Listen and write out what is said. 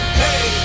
hey